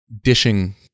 dishing